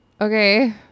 Okay